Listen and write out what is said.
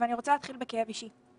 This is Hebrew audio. ואני רוצה להתחיל בכאב אישי.